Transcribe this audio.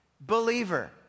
believer